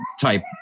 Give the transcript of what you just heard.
type